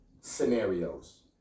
scenarios